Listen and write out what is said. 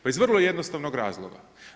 Pa iz vrlo jednostavnog razloga.